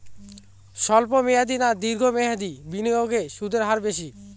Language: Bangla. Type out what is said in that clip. স্বল্প মেয়াদী না দীর্ঘ মেয়াদী বিনিয়োগে সুদের হার বেশী?